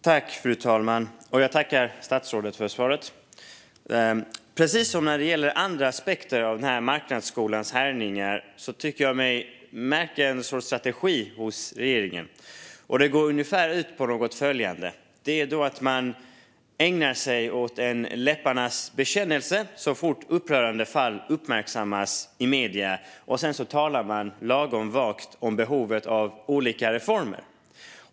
Fru talman! Jag tackar statsrådet för svaret. Precis som när det gäller andra aspekter av marknadsskolans härjningar tycker jag mig märka en sorts strategi hos regeringen. Den går ungefär ut på att man ägnar sig åt en läpparnas bekännelse så fort upprörande fall uppmärksammas i medierna, och sedan talar man lagom vagt om behovet av olika reformer.